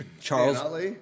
Charles